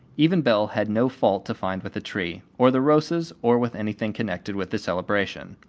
even belle had no fault to find with the tree, or the rosas or with anything connected with the celebration.